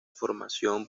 formación